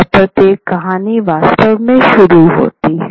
और प्रत्येक कहानी वास्तव में शुरू होती है